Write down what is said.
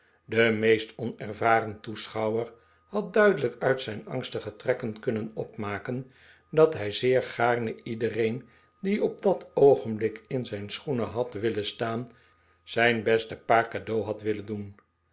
de meest onervaren toeschouwer had duidelijk uit zijn angstige trekkeh kunnen opmaken dat hij zeer g'aarne iedereen die op dat oogenblik in zijn schoenen had willen staan zijn beste paar cadeau had willen doen